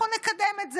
אנחנו נקדם את זה,